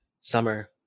summer